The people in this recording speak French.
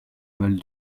val